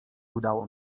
udało